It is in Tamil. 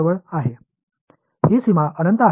பதில் ஆம் ஆகையால்